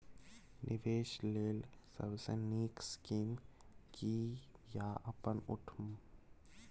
निवेश लेल सबसे नींक स्कीम की या अपन उठैम?